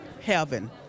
heaven